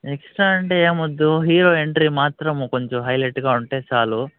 extra అంటే ఏం వద్దు హీరో ఎంట్రీ మాత్రం కొంచం హైలైట్గా ఉంటే చాలు